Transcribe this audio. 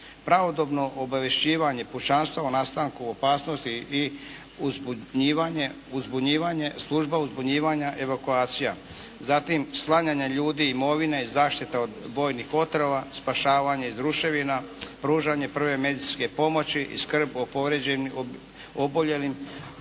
Pravodobno obavješćivanje pučanstva o nastanku opasnosti i uzbunjivanje, služba uzbunjivanja, evakuacija. Zatim, sklanjanja ljudi i imovine i zaštita od bojnih otrova, spašavanje iz ruševina, pružanje prve medicinske pomoći i skrb o oboljelim,